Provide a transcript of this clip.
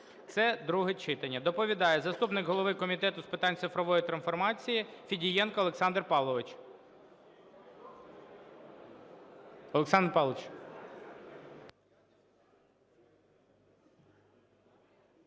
це друге читання. Доповідає заступник голови Комітету з питань цифрової трансформації Федієнко Олександр Павлович. Олександр Павлович.